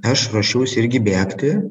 aš ruošiausi irgi bėgti